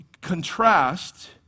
contrast